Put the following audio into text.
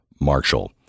Marshall